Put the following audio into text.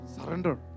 surrender